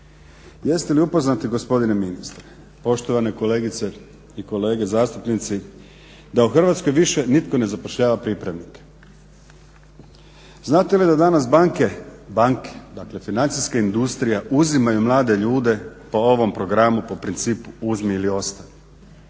Jeste li upoznati gospodine ministre, poštovane kolegice i kolege zastupnici, da u Hrvatskoj više nitko ne zapošljava pripravnike. Znate li da danas banke, dakle financijska industrija uzimaju mlade ljude po ovom programu po principu uzmi ili ostavi.